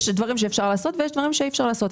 יש דברים שאפשר לעשות ויש דברים שאי אפשר לעשות.